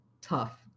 tough